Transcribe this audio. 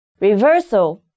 reversal